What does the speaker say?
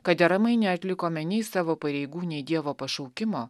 kad deramai neatlikome nei savo pareigų nei dievo pašaukimo